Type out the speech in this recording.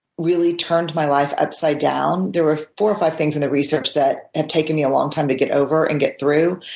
really turned my life upside down there were four or five things in the research that have taken me a long time to get over and get through.